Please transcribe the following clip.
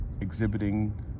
exhibiting